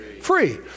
free